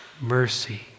Mercy